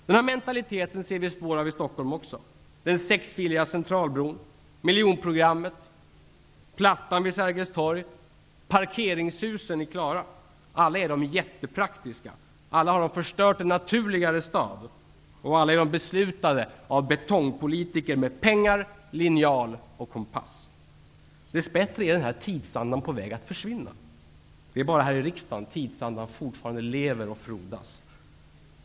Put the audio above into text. Denna mentalitet ser vi också spår av i Stockholm. Plattan vid Sergels torg, parkeringshusen i Klara är alla jättepraktiska. Alla har de förstört en naturligare stad, och alla är de beslutade av betongpolitiker med pengar, linjal och kompass. Dess bättre är denna tidsanda på väg att försvinna. Det är bara här i riksdagen som tidsandan fortfarande lever och frodas.